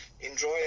enjoy